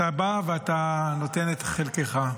אתה בא ואתה נותן את חלקך.